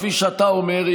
כפי שאתה אומר,